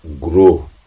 grow